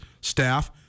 staff